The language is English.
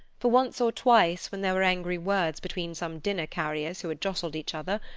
for once or twice when there were angry words between some dinner-carriers who had jostled each other,